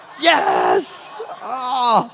Yes